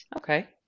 Okay